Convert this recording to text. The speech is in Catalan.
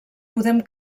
podem